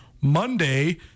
Monday